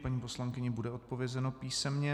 Paní poslankyni bude odpovězeno písemně.